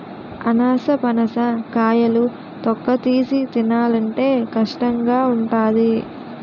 అనాసపనస కాయలు తొక్కతీసి తినాలంటే కష్టంగావుంటాది